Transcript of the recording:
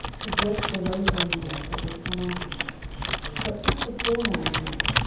to dress for the wayfaring man that was come unto him but took the poor man's lamb,